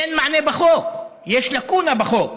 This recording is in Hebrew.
אין מענה בחוק, יש לקונה בחוק.